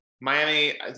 Miami